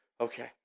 Okay